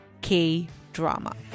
K-drama